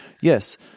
Yes